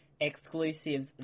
exclusives